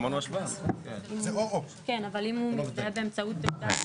שנתתם לרשימה להעסיק אנשים בחקיקה,